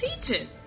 teaching